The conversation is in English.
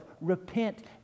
repent